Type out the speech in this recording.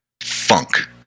funk